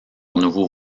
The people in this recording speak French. nouveau